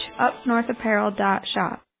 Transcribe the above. upnorthapparel.shop